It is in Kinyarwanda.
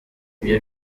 ibyo